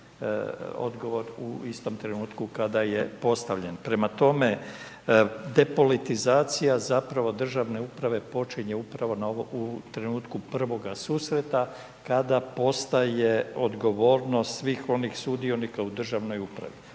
odgovor u istom trenutku kada je postavljen. Prema tome, depolitizacija, državne uprave, počinje upravo u trenutku prvoga susreta, kada postaje odgovornost svih onih sudionika u državnoj upravi.